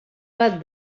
bat